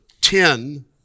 ten